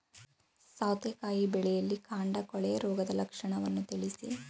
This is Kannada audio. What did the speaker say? ಸೌತೆಕಾಯಿ ಬೆಳೆಯಲ್ಲಿ ಕಾಂಡ ಕೊಳೆ ರೋಗದ ಲಕ್ಷಣವನ್ನು ತಿಳಿಸಿ?